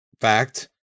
Fact